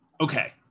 okay